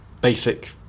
basic